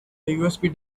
usb